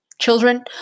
children